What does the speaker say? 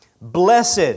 Blessed